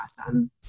awesome